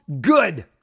good